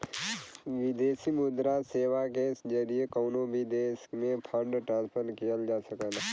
विदेशी मुद्रा सेवा के जरिए कउनो भी देश में फंड ट्रांसफर किहल जा सकला